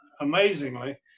amazingly